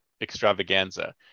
extravaganza